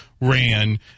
ran